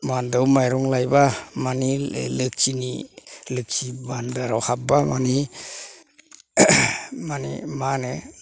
माइहेन्दोआव माइरं लाइबा माने लोखिनि लोखि भान्दाराव हाब्बा माने माने मा होनो